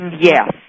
Yes